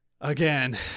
again